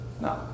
No